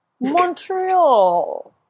Montreal